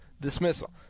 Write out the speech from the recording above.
dismissal